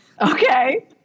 Okay